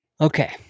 Okay